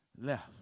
left